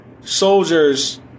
soldiers